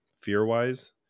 fear-wise